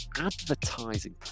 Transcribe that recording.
advertising